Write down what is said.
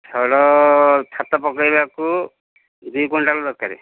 ଛଡ଼ ଛାତ ପକେଇବାକୁ ଦୁଇ କୁଇଣ୍ଟାଲ୍ ଦରକାର